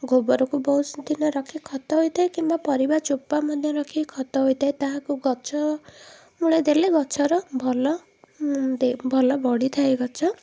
ଗୋବରକୁ ବହୁତ ଦିନ ରଖି ଖତ ହୋଇଥାଏ କିମ୍ବା ପରିବା ଚୋପା ମଧ୍ୟ ରଖିକି ଖତ ହୋଇଥାଏ ତାହାକୁ ଗଛ ମୂଳେ ଦେଲେ ଗଛର ଭଲ ଭଲ ବଢ଼ିଥାଏ ଗଛ